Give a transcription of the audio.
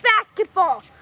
basketball